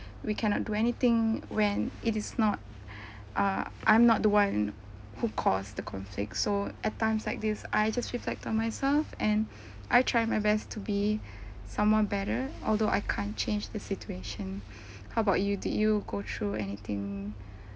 we cannot do anything when it is not uh I'm not the one who caused the conflict so at times like this I just reflect on myself and I try my best to be someone better although I can't change the situation how about you did you go through anything